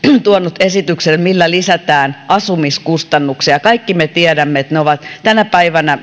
tuonut esityksen millä lisätään asumiskustannuksia kaikki me tiedämme että tänä päivänä